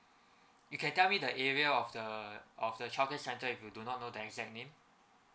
you can tell me the area of the of the childcare centre if you do not know the exact name